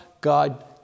God